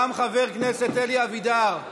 גם חבר הכנסת אלי אבידר,